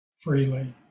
freely